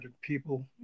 people